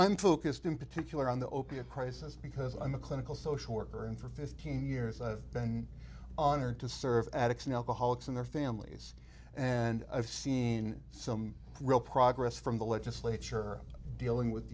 i'm focused in particular on the opiate crisis because i'm a clinical social worker and for fifteen years i've been on or to serve addicts and alcoholics and their families and i've seen some real progress from the legislature dealing with